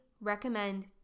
recommend